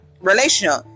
relational